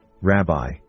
Rabbi